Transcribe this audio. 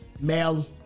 Mel